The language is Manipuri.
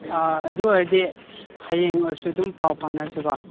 ꯑꯥ ꯑꯗꯨ ꯑꯣꯏꯔꯗꯤ ꯍꯌꯦꯡ ꯑꯣꯏꯔꯁꯨ ꯑꯗꯨꯝ ꯄꯥꯎ ꯐꯥꯎꯅꯔꯁꯤꯀꯣ